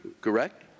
correct